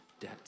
debt